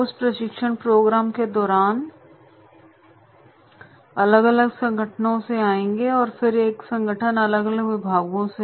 उस प्रशिक्षण प्रोग्राम के दौरान वे अलग अलग संगठनों से आएंगेया फिर एक संगठन के अलग अलग विभागों से